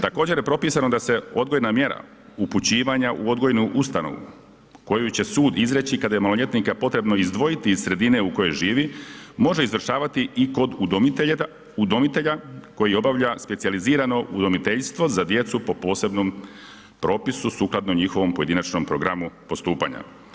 Također je propisano da se odgojna mjera upućivanja u odgojnu ustanovu koju će sud izreći kada je maloljetnika potrebno izdvojiti iz sredine u kojoj živi, može izvršavati i kod udomitelja koji obavlja specijalizirano udomiteljstvo za djecu po posebnom propisu sukladno njihovom pojedinačnom programu postupanja.